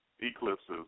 eclipses